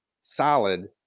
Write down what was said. solid